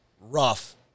rough